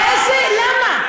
למה?